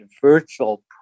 virtual